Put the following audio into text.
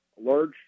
large